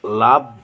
ᱞᱟᱵᱷ